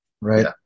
right